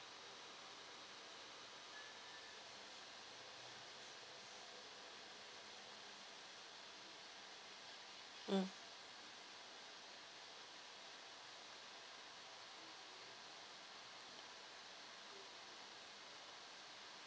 mm